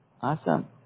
Awesome